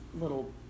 little